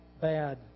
bad